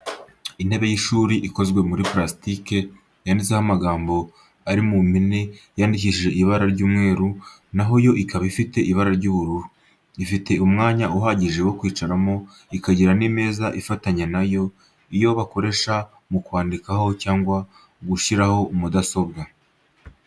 Intebe y'ishuri ikozwe muri purasitike yanditseho amagambo ari mu mpine yandikishije ibara ry'umweru na ho yo ikaba ifite ibara ry'ubururu. Ifite umwanya uhagije wo kwicaramo, ikagira n'imeza ifatanye na yo, iyo bakoresha mu kwandikaho cyangwa gushyiraho mudasobwa.